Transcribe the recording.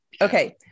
Okay